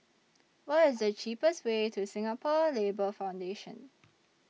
What IS The cheapest Way to Singapore Labour Foundation